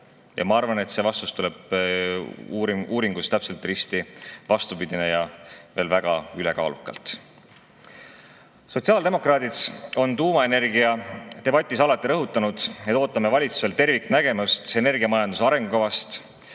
Ma arvan, et see vastus tuleb uuringus täpselt risti vastupidine ja veel väga ülekaalukalt. Sotsiaaldemokraadid on tuumaenergiadebatis alati rõhutanud, et ootame valitsuselt terviknägemust energiamajanduse arengukavast,